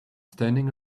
standing